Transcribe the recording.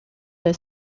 del